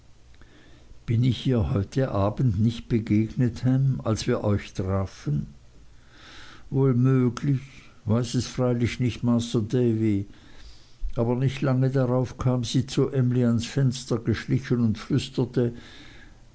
bin ich ihr heut abends nicht begegnet ham als wir euch trafen woll möglich weiß es freilich nich masr davy aber nich lange drauf kam sie zu emly ans fenster geschlichen und flüsterte